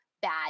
bad